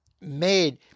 made